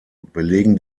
belegen